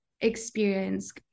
Experience